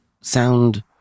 sound